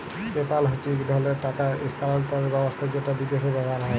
PayPal হছে ইক ধরলের টাকা ইসথালালতরের ব্যাবস্থা যেট বিদ্যাশে ব্যাভার হয়